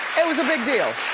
it was a big deal